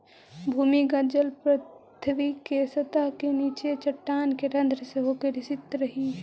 भूमिगत जल पृथ्वी के सतह के नीचे चट्टान के रन्ध्र से होके रिसित रहऽ हई